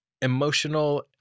emotional